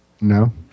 No